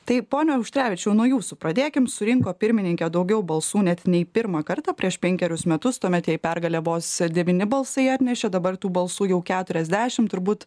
tai pone auštrevičiau nuo jūsų pradėkim surinko pirmininkė daugiau balsų net nei pirmą kartą prieš penkerius metus tuomet jai pergalę vos devyni balsai atnešė dabar tų balsų jau keturiasdešimt turbūt